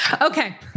Okay